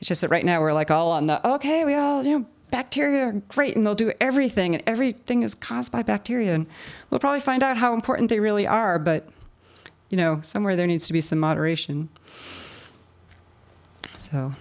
that right now we're like all in the ok well you know bacteria are great and they'll do everything everything is caused by bacteria and we'll probably find out how important they really are but you know somewhere there needs to be some moderation so